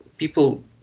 People